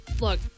Look